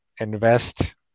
invest